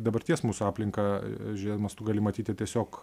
dabarties mūsų aplinką žiūrėdamas tu gali matyti tiesiog